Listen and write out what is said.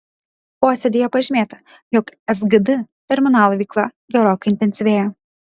posėdyje pažymėta jog sgd terminalo veikla gerokai intensyvėja